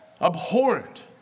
abhorrent